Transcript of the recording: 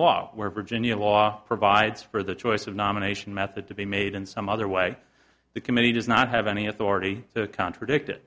law where virginia law provides for the choice of nomination method to be made in some other way the committee does not have any authority to contradict it